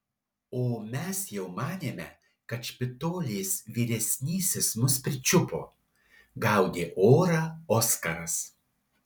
o mes jau manėme kad špitolės vyresnysis mus pričiupo gaudė orą oskaras